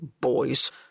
boys